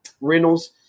Reynolds